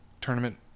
tournament